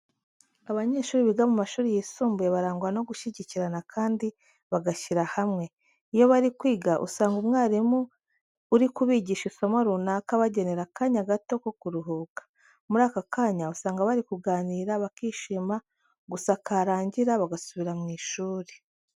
Abanyeshuri biga mu mashuri yisumbuye barangwa no gushyigikirana kandi bagashyira hamwe. Iyo bari kwiga usanga umwarimu uri kubigisha isomo runaka abagenera akanya gato ko kuruhuka. Muri aka kanya usanga bari kuganira bakishima gusa karangira bagasubira mu ishuri.